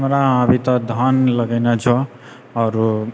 हमरा अभि तऽ धान लगेने छौ आओर ओऽ